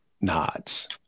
nods